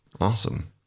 Awesome